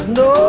no